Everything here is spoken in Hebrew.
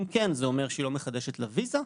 אם כן, האם זה אומר שהיא לא מחדשת לה ויזה?